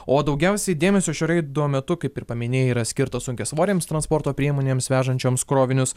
o daugiausiai dėmesio šio reido metu kaip ir paminėjai yra skirtos sunkiasvorėms transporto priemonėms vežančioms krovinius